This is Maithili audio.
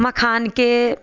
मखानके